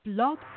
Blog